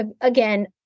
again